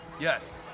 Yes